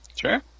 Sure